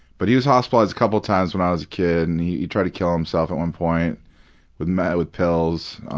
but he was hospitalized a couple times when i was a kid and he tried to kill himself at one point with meds with pills.